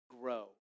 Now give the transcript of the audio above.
grow